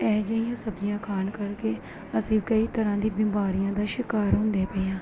ਇਹੋ ਜਿਹੀਆਂ ਸਬਜੀਆਂ ਖਾਣ ਕਰਕੇ ਅਸੀਂ ਕਈ ਤਰ੍ਹਾਂ ਦੀ ਬਿਮਾਰੀਆਂ ਦਾ ਸ਼ਿਕਾਰ ਹੁੰਦੇ ਪਏ ਆਂ